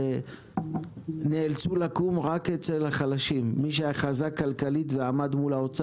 אבל יש אנשים שכן מסתכלים ואין להם מאיפה לשלם,